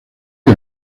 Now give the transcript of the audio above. que